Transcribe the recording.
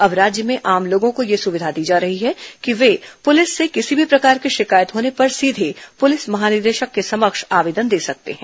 अब राज्य में आम लोगों को यह सुविधा दी जा रही है कि वे पुलिस से किसी प्रकार की शिकायत होने पर सीधे पुलिस महानिदेशक के समक्ष आवेदन दे सकते हैं